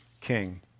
king